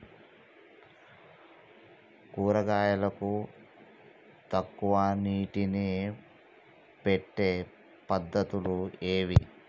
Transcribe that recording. కూరగాయలకు తక్కువ నీటిని పెట్టే పద్దతులు ఏవి?